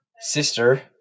sister